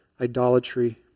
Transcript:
idolatry